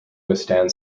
withstand